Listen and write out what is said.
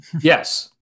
Yes